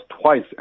twice